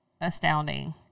astounding